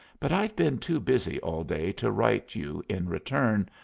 but i've been too busy all day to write you in return,